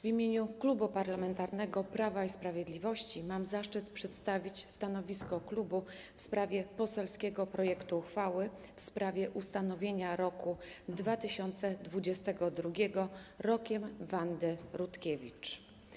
W imieniu Klubu Parlamentarnego Prawo i Sprawiedliwość mam zaszczyt przedstawić stanowisko klubu w sprawie poselskiego projektu uchwały w sprawie ustanowienia roku 2022 Rokiem Wandy Rutkiewicz.